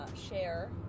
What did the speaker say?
share